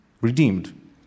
Redeemed